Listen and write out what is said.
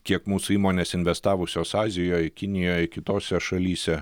kiek mūsų įmonės investavusios azijoj kinijoj kitose šalyse